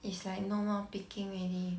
it's like no more picking already